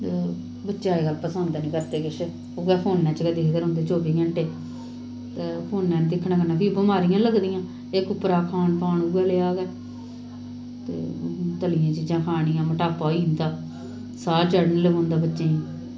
ते बच्चे अजकल्ल पसंद नेईं करदे किश उऐ फोनैं च गै दिखदे रौंह्दे चौबी घैंटे ते फोनैं पर दिक्खने कन्नै फ्ही बमारियां लगदियां इक उप्परा दा खान पान गै उऐ जेहा ते तली दियां चीजां खानियां मुटापा होई जंदा साह् चढ़न लगी पौंदा बच्चें गी